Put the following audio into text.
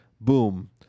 Boom